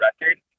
record